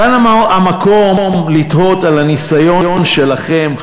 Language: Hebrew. כאן המקום לתהות על הניסיון שלכם,